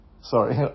sorry